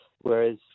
Whereas